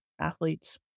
athletes